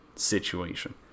situation